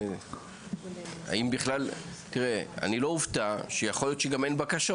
והתעריף בכלל לא עודכן במשך שנים ארוכות,